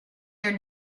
their